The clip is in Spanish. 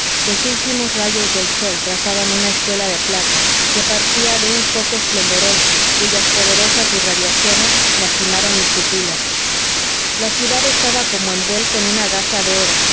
los últimos rayos del sol trazaban una estela de plata que partía de un foco esplendoroso cuyas poderosas irradiaciones lastimaron mis pupilas la ciudad estaba como envuelta en una gasa de oro